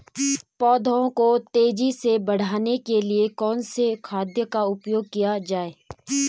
पौधों को तेजी से बढ़ाने के लिए कौन से खाद का उपयोग किया जाए?